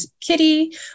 kitty